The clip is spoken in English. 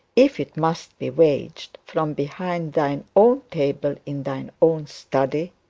if it must be waged, from behind thine own table in thine own study?